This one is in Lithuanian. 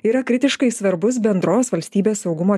yra kritiškai svarbus bendros valstybės saugumo